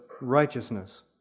righteousness